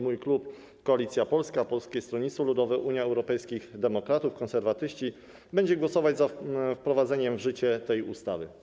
Mój klub, Koalicja Polska - Polskie Stronnictwo Ludowe, Unia Europejskich Demokratów, Konserwatyści będzie głosować za wprowadzeniem w życie tej ustawy.